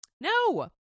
No